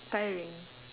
tiring